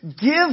Give